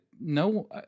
no